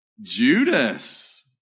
Judas